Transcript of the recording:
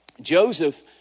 Joseph